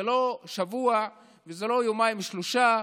זה לא שבוע וזה לא יומיים-שלושה,